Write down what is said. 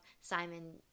Simon